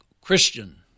Christian